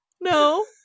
No